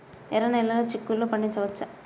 ఎర్ర నెలలో చిక్కుల్లో పండించవచ్చా?